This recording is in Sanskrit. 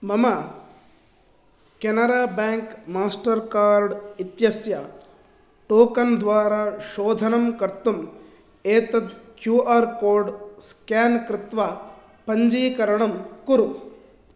मम केनरा बेङ्क् मास्टर् कार्ड् इत्यस्य टोकन् द्वारा शोधनं कर्तुम् एतत् क्यू आर् कोड् स्केन् कृत्वा पञ्जीकरणं कुरु